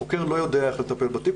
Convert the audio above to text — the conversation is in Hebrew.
החוקר לא יודע איך לטפל בתיק,